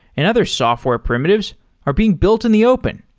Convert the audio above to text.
and other software primitives are being built in the open.